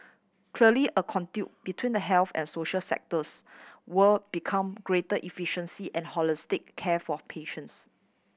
clearly a conduit between the health and social sectors would become greater efficiency and holistic care for patients